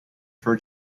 for